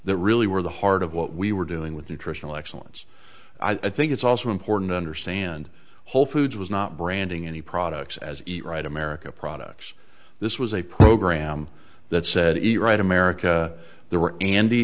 that really were the heart of what we were doing with nutritional excellence i think it's also important to understand whole foods was not branding any products as eat right america products this was a program that said the right america there were